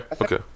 okay